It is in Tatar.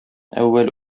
әүвәл